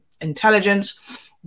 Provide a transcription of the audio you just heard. intelligence